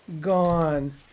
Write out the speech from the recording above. gone